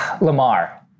Lamar